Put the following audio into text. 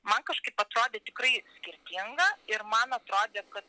man kažkaip atrodė tikrai skirtinga ir man atrodė kad